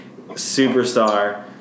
superstar